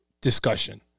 discussion